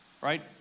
Right